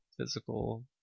physical